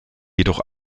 jedoch